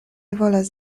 volas